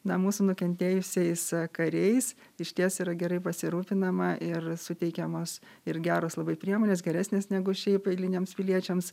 na mūsų nukentėjusiais kariais išties yra gerai pasirūpinama ir suteikiamos ir geros labai priemonės geresnės negu šiaip eiliniams piliečiams